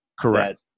Correct